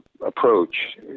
approach